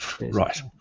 Right